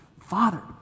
Father